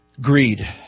Greed